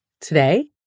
Today